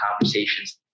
conversations